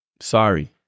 Sorry